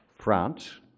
France